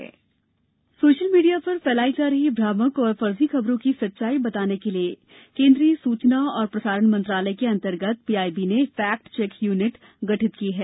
social media social media पर फैलाई जा रही भ्रामक और फर्जी खबरों की सच्चाई बताने के लिए केन्द्रीय सूचना और प्रसारण मंत्रालय के अंतर्गत पीआईबी ने फेक्ट चेक यूनिट गठित की है